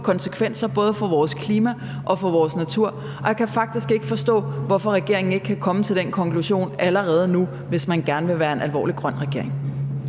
konsekvenser både for vores klima og for vores natur, og jeg kan faktisk ikke forstå, hvorfor regeringen ikke kan komme til den konklusion allerede nu, hvis man mener det med, at man gerne